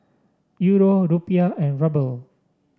Euro Rupiah and Ruble